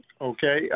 Okay